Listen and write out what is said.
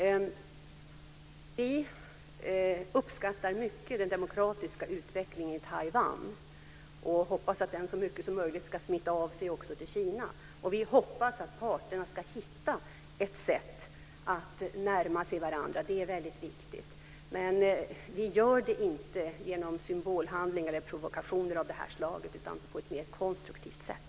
Vi uppskattar mycket den demokratiska utvecklingen i Taiwan och hoppas att den så mycket som möjligt ska smitta av sig också på Kina. Vi hoppas att parterna ska hitta ett sätt att närma sig varandra. Det är väldigt viktigt. Men vi gör det inte genom symbolhandlingar eller provokationer av det här slaget utan på ett mer konstruktivt sätt.